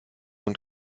und